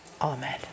Amen